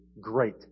great